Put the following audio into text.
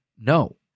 No